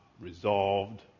resolved